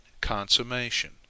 consummation